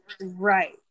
right